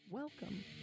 Welcome